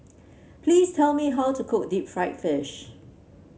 please tell me how to cook Deep Fried Fish